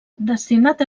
destinat